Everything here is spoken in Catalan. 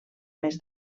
mes